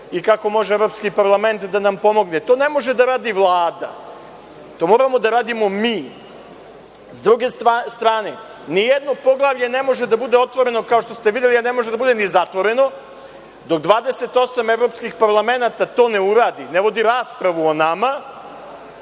i kako može evropski parlament da nam pomogne. To ne može da radi Vlada, to moramo da radimo mi.S druge strane, nijedno poglavlje ne može da bude otvoreno kao što ste videli, a ne može da bude ni zatvoreno dok 28 evropskih parlamenata to ne uradi, ne vodi raspravu o nama